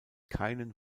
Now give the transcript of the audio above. keinen